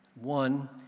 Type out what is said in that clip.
One